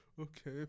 Okay